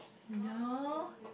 no